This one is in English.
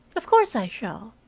of course i shall,